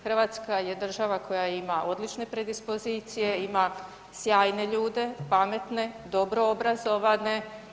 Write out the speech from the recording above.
Hrvatska je država koja ima odlične predispozicije, ima sjajne ljude, pametne, dobro obrazovane.